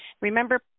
Remember